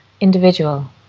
individual